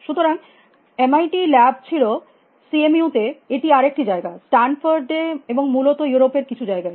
সুতরাং M I T ল্যাবছিল CMU তে এটি আরেকটি জায়গা স্ট্যানফোর্ড এ এবং মূলত ইউরোপের কিছু জায়গায়